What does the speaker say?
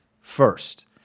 first